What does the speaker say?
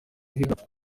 higanwa